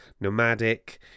nomadic